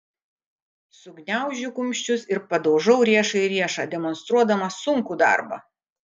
sugniaužiu kumščius ir padaužau riešą į riešą demonstruodama sunkų darbą